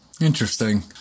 Interesting